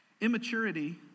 Immaturity